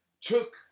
took